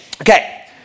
Okay